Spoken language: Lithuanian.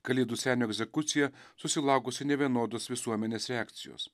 kalėdų senio egzekucija susilaukusi nevienodos visuomenės reakcijos